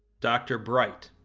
dr. bright.